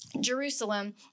Jerusalem